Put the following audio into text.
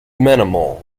minimal